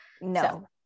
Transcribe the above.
No